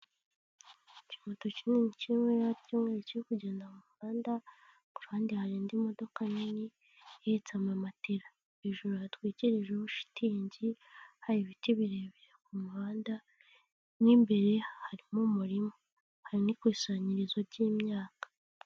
Ikimoto kinini kimweya cy'umweru kiri kugenda mu muhanda, ku ruhande hari indi modoka nini ihetse amamatera. Hejuru hatwikirijeho shitingi, hari ibiti birebire ku muhanda n'imbere harimo umurima, hari n'ikusanyirizo ry'imyaka.